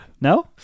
No